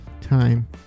time